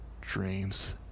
dreams